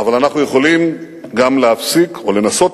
אבל אנחנו יכולים גם להפסיק או לנסות